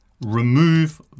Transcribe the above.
Remove